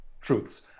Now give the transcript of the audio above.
truths